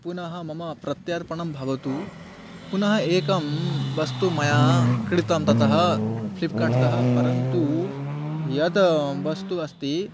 पुनः मम प्रत्यर्पणं भवतु पुनः एकं वस्तु मया क्रितं ततः फ्लिप्कार्ट्तः परन्तु यत् वस्तु अस्ति